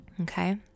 okay